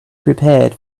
prepared